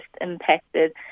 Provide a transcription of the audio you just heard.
impacted